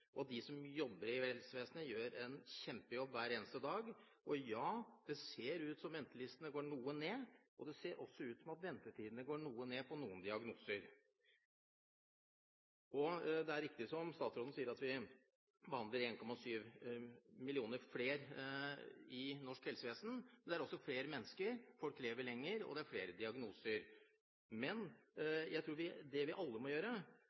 og at de som jobber i helsevesenet, gjør en kjempejobb hver eneste dag. Det ser ut som at ventelistene går noe ned, og det ser også ut som at ventetidene går ned på noen diagnoser. Det er riktig som statsråden sier, at vi behandler 1,7 millioner flere i norsk helsevesen, men vi er også flere mennesker, folk lever lenger, og det er flere diagnoser. Jeg tror det vi alle må gjøre,